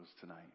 tonight